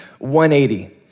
180